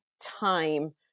time